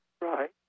Right